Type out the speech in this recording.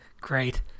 Great